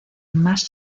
más